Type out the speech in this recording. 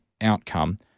outcome